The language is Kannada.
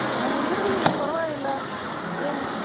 ಹಾಂ ಇರಲಿ ಪರ್ವಾಗಿಲ್ಲ ಏನು